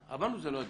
אמרנו שזה לא הדיון.